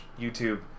YouTube